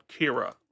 Kira